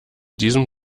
diesem